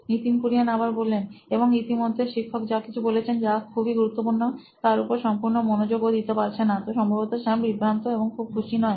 Nitin Kurian C O O নোইন electronics এবং ইতিমধ্যে শিক্ষক যা কিছু বলছেন যা খুবই গুরুত্বপূর্ণ তার উপর সম্পূর্ণ মনোযোগ ও দিতে পারছে না তো সম্ভবত স্যাম বিভ্রান্ত এবং খুব খুশি নয়